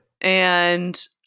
And-